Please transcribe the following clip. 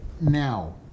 now